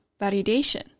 validation